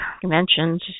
conventions